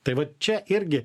tai vat čia irgi